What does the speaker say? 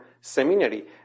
seminary